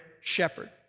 shepherd